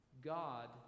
God